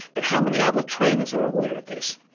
but how many other trainers are aware of this?